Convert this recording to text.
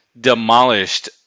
demolished